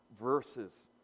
verses